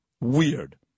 weird